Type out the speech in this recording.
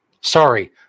Sorry